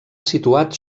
situat